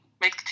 make